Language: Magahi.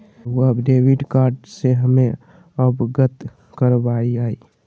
रहुआ डेबिट कार्ड से हमें अवगत करवाआई?